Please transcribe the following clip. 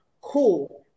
Cool